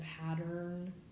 pattern